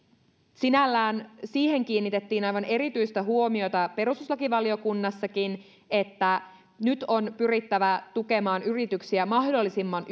sinällään siihen kiinnitettiin aivan erityistä huomiota perustuslakivaliokunnassakin että nyt on pyrittävä tukemaan yrityksiä mahdollisimman